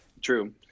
True